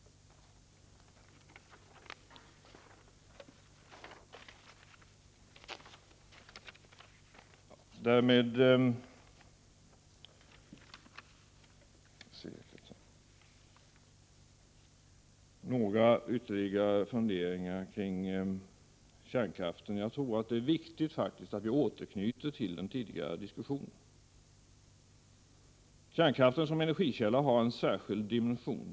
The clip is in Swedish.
Några ytterligare funderingar kring kärnkraften: Jag tror faktiskt att det är viktigt att återknyta till den tidigare diskussionen. Kärnkraften som energikälla har en särskild dimension.